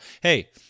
hey